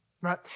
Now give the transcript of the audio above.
right